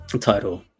title